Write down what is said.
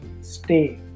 stay